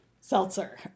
seltzer